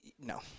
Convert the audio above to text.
No